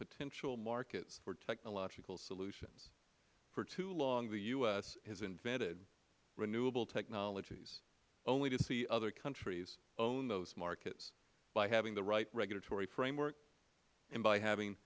potential markets for technological solutions for too long the u s has invented renewable technologies only to see other countries own those markets by having the right regulatory framework and by having